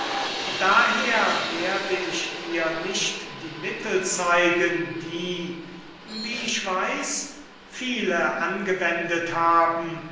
daher werde ich dir nicht die mittel zeigen die wie ich weiß viele angewendet haben